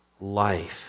life